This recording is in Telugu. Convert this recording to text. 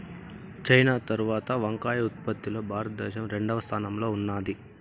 చైనా తరవాత వంకాయ ఉత్పత్తి లో భారత దేశం రెండవ స్థానం లో ఉన్నాది